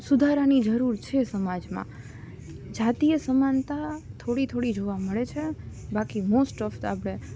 સુધારાની જરૂર છે સમાજમાં જાતીય સમાનતા થોડી થોડી જોવા મળે છે બાકી મોસ્ટ ઓફ તો આપણે